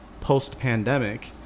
post-pandemic